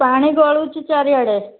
ପାଣି ଗଳୁଛି ଚାରିଆଡ଼େ